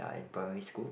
I in primary school